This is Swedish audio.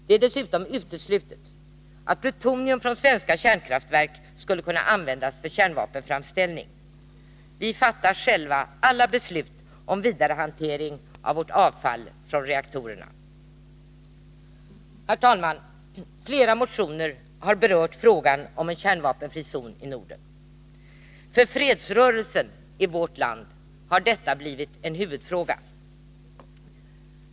Det är dessutom uteslutet att plutonium från svenska kärnkraftverk skulle kunna användas för kärnvapenframställning. Vi fattar själva alla beslut om vidarehanteringen av vårt avfall från reaktorerna. Herr talman! Flera motioner har berört frågan om en kärnvapenfri zon i Norden. För fredsrörelsen i vårt land har detta blivit en huvudfråga.